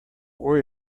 worry